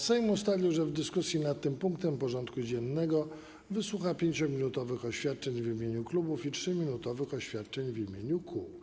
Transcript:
Sejm ustalił, że w dyskusji nad tym punktem porządku dziennego wysłucha 5-minutowych oświadczeń w imieniu klubów i 3-minutowych oświadczeń w imieniu kół.